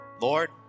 Lord